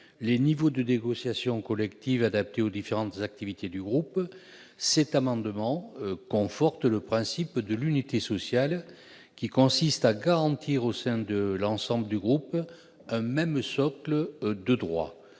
les niveaux de négociation collective adaptés aux différentes activités du groupe, cet amendement tend à conforter le principe de l'unité sociale qui consiste à garantir au sein de l'ensemble du groupe un même socle de droits.